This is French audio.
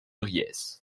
riez